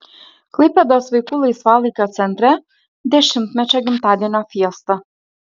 klaipėdos vaikų laisvalaikio centre dešimtmečio gimtadienio fiesta